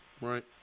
Right